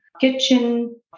Kitchen